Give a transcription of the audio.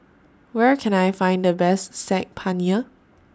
Where Can I Find The Best Saag Paneer